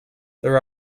there